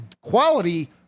quality